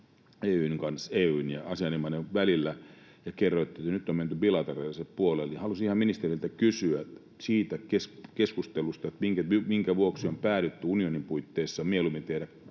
EY:n ja Aseanin maiden välillä, ja kerroitte, että nyt on menty bilateraaliselle puolelle. Halusin ihan ministeriltä kysyä siitä keskustelusta, minkä vuoksi on päädytty unionin puitteissa mieluummin tekemään